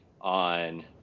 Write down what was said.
on